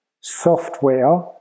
software